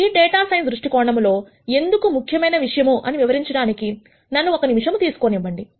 ఇది data science దృష్టి కోణములో ఎందుకు ముఖ్యమైన విషయము అని వివరించడానికి నన్ను ఒక నిమిషం తీసుకొనివ్వండి